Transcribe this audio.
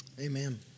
Amen